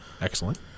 Excellent